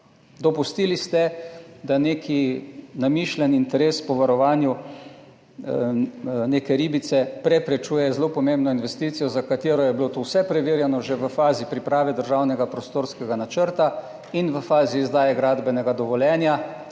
Dopustili ste, da neki namišljeni interes po varovanju neke ribice preprečuje zelo pomembno investicijo, za katero je bilo to vse preverjeno že v fazi priprave državnega prostorskega načrta in v fazi izdaje gradbenega dovoljenja